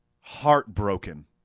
Heartbroken